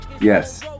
Yes